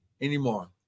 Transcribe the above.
anymore